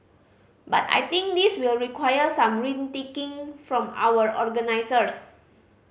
but I think this will require some rethinking from our organisers